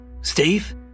Steve